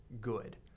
good